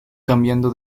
cambiando